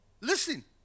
listen